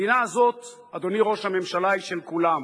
המדינה הזאת, אדוני ראש הממשלה, היא של כולם,